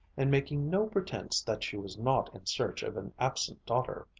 and making no pretense that she was not in search of an absent daughter.